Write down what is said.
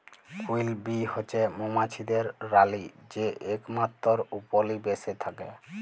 queen bee হছে মোমাছিদের রালী যে একমাত্তর উপলিবেশে থ্যাকে